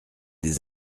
des